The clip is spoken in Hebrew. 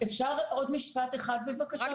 אפשר עוד משפט אחד בבקשה ברשותך?